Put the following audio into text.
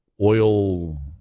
oil